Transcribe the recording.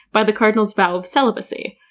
by the cardinal's vow of celibacy.